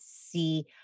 see